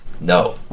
no